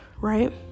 right